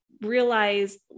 realize